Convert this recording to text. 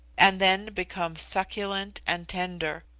and then becomes succulent and tender.